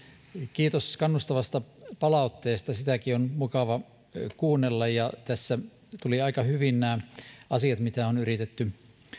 kiitos kannustavasta palautteesta sitäkin on mukava kuunnella tässä tulivat aika hyvin nämä asiat mitä on yritetty